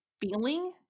feeling